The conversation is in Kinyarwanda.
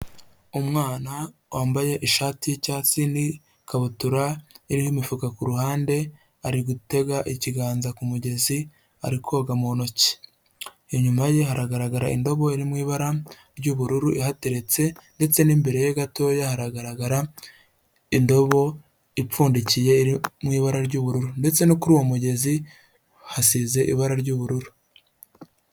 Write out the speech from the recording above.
Umwana wambaye ishati y'icyatsi n'ikabutura iriho imifuka ku ruhande, ari gutega ikiganza ku mugezi, ari koga mu ntoki. Inyuma ye hagaragara indobo iri mu ibara ry'ubururu ihateretse ndetse n'imbere ye gatoya haragaragara indobo ipfundikiye iri mu ibara ry'ubururu ndetse no kuri uwo mugezi hasize ibara ry'ubururu.